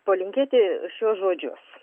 palinkėti šiuos žodžius